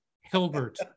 Hilbert